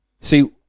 See